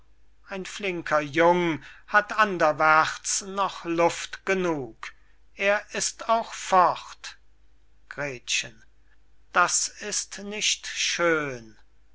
ein flinker jung hat anderwärts noch luft genung er ist auch fort gretchen das ist nicht schön